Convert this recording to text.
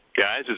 Guys